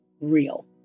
real